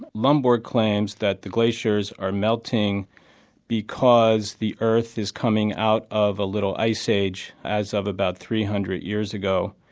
but lomborg claims that the glaciers are melting because the earth is coming out of a little ice age as of about three hundred years ago,